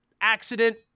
accident